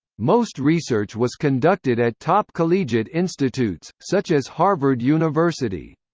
most research was conducted at top collegiate institutes, such as harvard university.